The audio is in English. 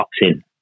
boxing